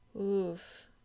Oof